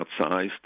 outsized